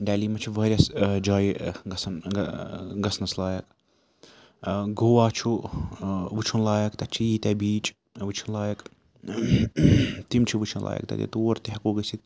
daily منٛز چھِ واریاہ جایہِ گژھن گژھنَس لایق گوا چھُ وٕچھُن لایق تَتہِ چھ ییٖتیٛاہ بیٖچ وٕچھِنۍ لایق تِم چھِ وٕچھِنۍ لایق تَتہِ تور تہِ ہٮ۪کو گٔژھِتھ